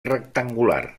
rectangular